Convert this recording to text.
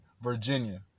Virginia